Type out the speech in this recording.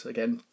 Again